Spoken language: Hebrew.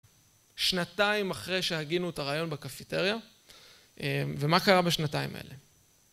שנתיים אחרי שהגינו את הרעיון בקפיטריה, ומה קרה בשנתיים האלה?